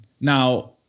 Now